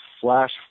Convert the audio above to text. Flash